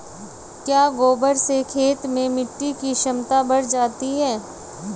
क्या गोबर से खेत में मिटी की क्षमता बढ़ जाती है?